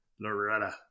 Loretta